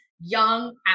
young